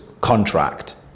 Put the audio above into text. contract